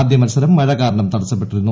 ആദ്യ മൽസരം മഴ കാരണം തടസ്സപ്പെട്ടിരുന്നു